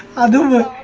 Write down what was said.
and one